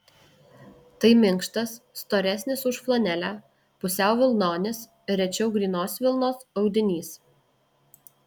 tai minkštas storesnis už flanelę pusiau vilnonis rečiau grynos vilnos audinys